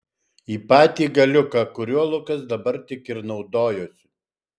į patį galiuką kuriuo lukas dabar tik ir naudojosi